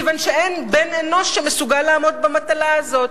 כי אין בן-אנוש שמסוגל לעמוד במטלה הזאת,